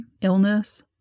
illness